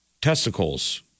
testicles